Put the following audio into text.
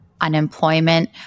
unemployment